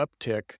uptick